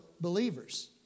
believers